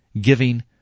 giving